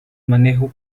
manejo